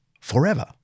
forever